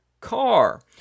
car